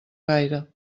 gaire